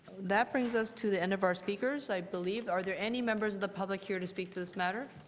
that brings us to the end of our speakers, i believe. are there any members of the public here to speak to this it matter?